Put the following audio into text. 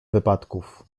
wypadków